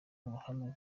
ruhame